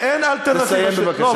אין אלטרנטיבה, תסיים, בבקשה, אדוני.